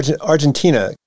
Argentina